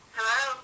Hello